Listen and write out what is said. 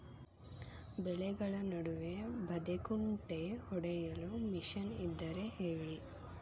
ಬೆಳೆಗಳ ನಡುವೆ ಬದೆಕುಂಟೆ ಹೊಡೆಯಲು ಮಿಷನ್ ಇದ್ದರೆ ಹೇಳಿರಿ